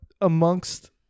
amongst